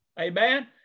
Amen